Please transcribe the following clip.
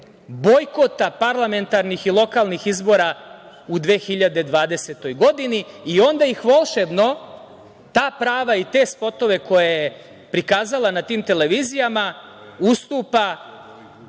bojkota parlamentarnih i lokalnih izbora u 2020. godini i onda ih volšebno, ta prava i te spotove koje je prikazala na tim televizijama, ustupa